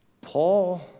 Paul